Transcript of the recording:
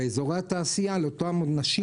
באזורי התעשייה דאגנו לתחנה לאותן נשים